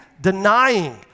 denying